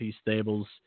Stables